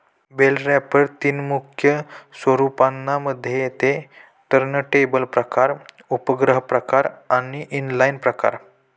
bell wrapper तीन मुख्य स्वरूपांना मध्ये येते टर्नटेबल प्रकार, उपग्रह प्रकार आणि इनलाईन प्रकार